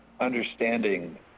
understanding